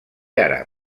àrab